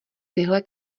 tyhle